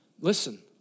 listen